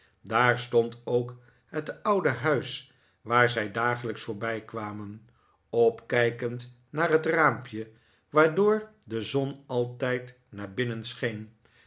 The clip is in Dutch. daar stond ook het oude huis waar zij dagelijks voorbijkwamen opkijkend naar het raampje waardoor de zon altijd naar binnen scheen